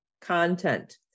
content